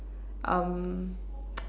um